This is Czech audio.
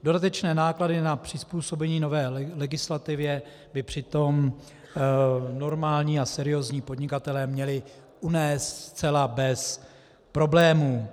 Dodatečné náklady na přizpůsobení nové legislativě by přitom normální a seriózní podnikatelé měli unést zcela bez problémů.